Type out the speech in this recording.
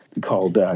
called